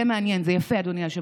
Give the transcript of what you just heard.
זה מעניין, זה יפה, אדוני היושב-ראש.